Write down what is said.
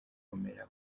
gukomera